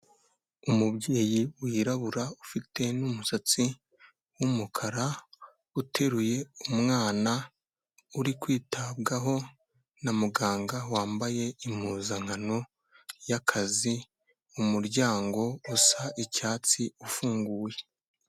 Umubyeyi wirabura, ufite n'umusatsi w'umukara, uteruye umwana, uri kwitabwaho na muganga, wambaye impuzankano y'akazi, umuryango usa icyatsi ufunguye.